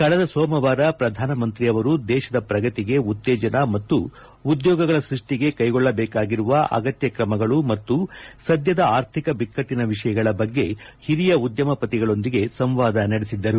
ಕಳೆದ ಸೋಮವಾರ ಪ್ರಧಾನಮಂತ್ರಿ ಅವರು ದೇಶದ ಪ್ರಗತಿಗೆ ಉತ್ತೇಜನ ಮತ್ತು ಉದ್ಯೋಗಗಳ ಸೃಷ್ವಿಗೆ ಕೈಗೊಳ್ಳಬೇಕಾಗಿರುವ ಅಗತ್ಯ ಕ್ರಮಗಳು ಹಾಗೂ ಸದ್ಯದ ಆರ್ಥಿಕ ಬಿಕ್ಕಟ್ಟಿನ ವಿಷಯಗಳ ಬಗ್ಗೆ ಹಿರಿಯ ಉದ್ಯಮಪತಿಗಳೊಂದಿಗೆ ಸಂವಾದ ನಡೆಸಿದ್ದರು